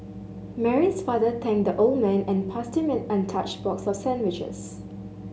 Mary's father thanked the old man and passed him an untouched box for sandwiches